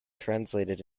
translated